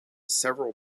several